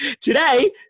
Today